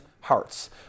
hearts